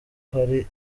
hari